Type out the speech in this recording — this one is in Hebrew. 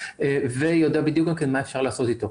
והוא יודע בדיוק מה אפשר לעשות איתו,